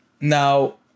now